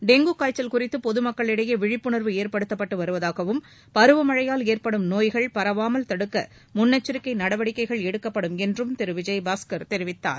dengue காய்ச்சல் குறித்து பொது மக்களிடையே விழிப்புணர்வு ஏற்படுத்தப்பட்டு வருவதாகவும் பருவ மழையால் ஏற்படும் நோய்கள் பரவாமல் தடுக்க முன்னெச்சரிக்கை நடவடிக்கைகள் எடுக்கப்படும் என்றும் திரு விஜயபாஸ்கர் தெரிவித்தார்